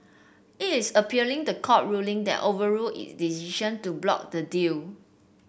it is appealing the court ruling that overruled it decision to block the deal